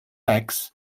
eggs